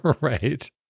Right